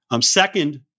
second